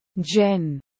Jen